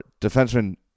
defenseman